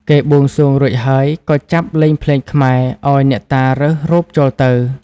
គេបូងសួងរួចហើយ ក៏ចាប់លេងភ្លេងខ្មែរ ឲ្យអ្នកតារើសរូបចូលទៅ ។